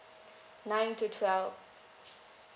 nine to twelve